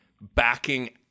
backing